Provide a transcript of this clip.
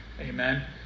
Amen